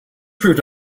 proved